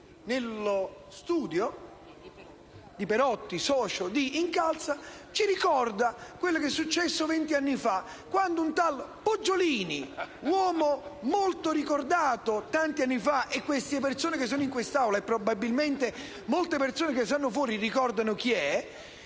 nello studio di Perotti, socio di Incalza, ci ricorda quello che è successo vent'anni, quando un tal Poggiolini, uomo molto ricordato tanti anni fa (le persone in Aula e probabilmente anche molte persone fuori ricordano chi è,